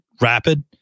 rapid